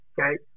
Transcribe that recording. Okay